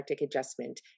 adjustment